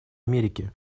америки